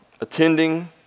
attending